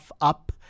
up